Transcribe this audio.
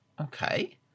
Okay